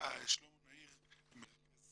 אני מרכז